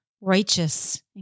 righteous